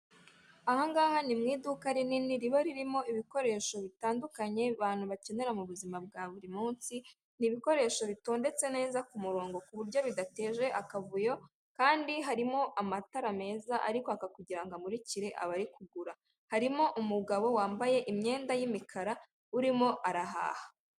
Aha ngaha ni mu iduka rinini riba ririmo ibikoresho bitandukanye abantu bakenera mu buzima bwa buri munsi, ni ibikoresho bitondetse neza ku murongo ku buryo bidateje akavuyo kandi harimo amatara meza ariko aka kugirango amurikire abari kugura, harimo umugabo wambaye imyenda y'imikara urimo arahaha.